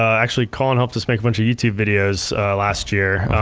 actually colin helped us make a bunch of youtube videos last year,